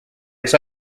its